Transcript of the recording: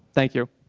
thank you.